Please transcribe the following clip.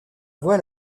voie